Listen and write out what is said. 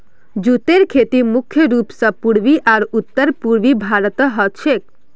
जूटेर खेती मुख्य रूप स पूर्वी आर उत्तर पूर्वी भारतत ह छेक